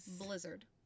blizzard